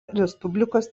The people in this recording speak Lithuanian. respublikos